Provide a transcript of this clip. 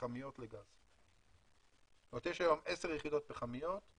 הפחמיות לגז עד תום 24'. יש היום 10 יחידות פחמיות,